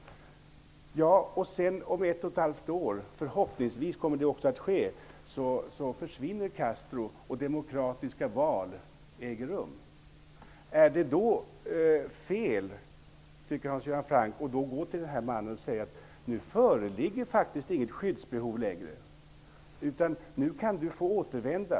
Om då Castro försvinner ett och ett halvt år senare -- förhoppningsvis kommer det också att ske -- och demokratiska val äger rum, tycker Hans Göran Franck då att det är fel att gå till den mannen och säga: Nu föreligger faktiskt inget skyddsbehov längre, utan nu kan du återvända.